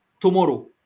tomorrow